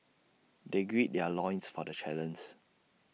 they grid their loins for the